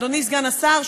אדוני סגן השר,